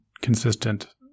consistent